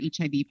HIV